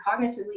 cognitively